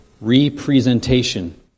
representation